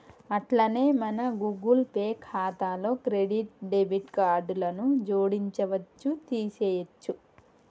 అట్లనే మన Google Pay ఖాతాలో క్రెడిట్ డెబిట్ కార్డులను జోడించవచ్చు తీసేయొచ్చు